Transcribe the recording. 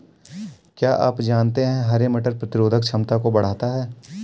क्या आप जानते है हरे मटर प्रतिरोधक क्षमता को बढ़ाता है?